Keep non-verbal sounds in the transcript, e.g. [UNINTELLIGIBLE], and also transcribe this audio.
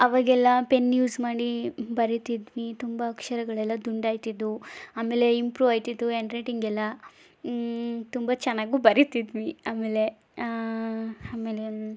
ಆವಾಗೆಲ್ಲ pen use ಮಾಡಿ ಬರಿತಿದ್ವಿ ತುಂಬ ಅಕ್ಷರಗಳೆಲ್ಲ ದುಂಡಾಗ್ತಿದ್ವು ಆಮೇಲೆ ಇಂಪ್ರೂವ್ ಆಗ್ತಿತ್ತು ಆ್ಯಂಡ್ ರೈಟಿಂಗ್ ಎಲ್ಲ ತುಂಬ ಚೆನ್ನಾಗೂ ಬರಿತಿದ್ವಿ ಆಮೇಲೆ [UNINTELLIGIBLE]